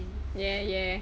ya ya